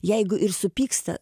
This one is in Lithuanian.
jeigu ir supyksta